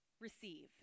receive